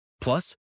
Plus